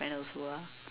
friend also ah